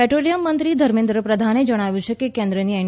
petroleum મંત્રી ધર્મેન્દ્ર પ્રધાને જણાવ્યું છે કે કેન્દ્રની એન